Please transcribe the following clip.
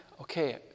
okay